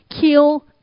kill